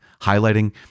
highlighting